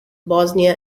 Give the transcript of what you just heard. bosnia